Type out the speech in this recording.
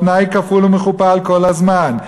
תנאי כפול ומכופל כל הזמן.